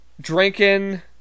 Drinking